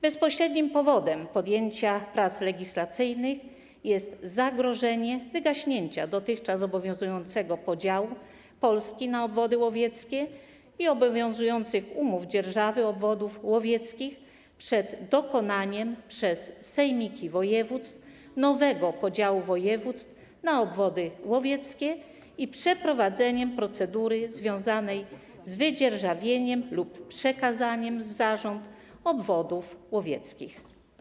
Bezpośrednim powodem podjęcia prac legislacyjnych jest zagrożenie wygaśnięcia dotychczas obowiązującego podziału Polski na obwody łowieckie i obowiązujących umów dzierżawy obwodów łowieckich przed dokonaniem przez sejmiki województw nowego podziału województw na obwody łowieckie i przeprowadzeniem procedury związanej z wydzierżawieniem lub przekazaniem w zarząd obwodów łowieckich.